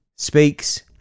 speaks